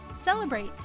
celebrate